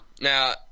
now